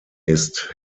ist